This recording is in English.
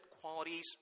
qualities